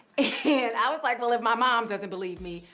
and i was like well if my mom doesn't believe me,